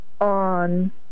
on